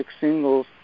singles